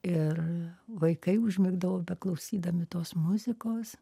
ir vaikai užmigdavo beklausydami tos muzikos